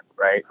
right